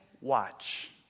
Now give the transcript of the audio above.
watch